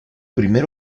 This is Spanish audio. primer